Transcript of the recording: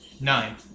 Nine